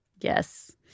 Yes